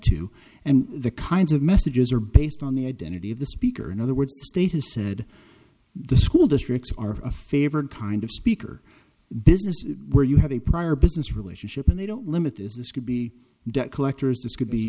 to and the kinds of messages are based on the identity of the speaker in other words the state has said the school districts are a favored kind of speaker business where you have a prior business relationship and they don't limit is this could be debt collectors this could be